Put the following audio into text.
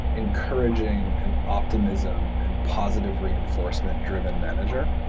encouraging and optimism, and positive re inforcement-dr iven manager.